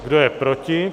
Kdo je proti?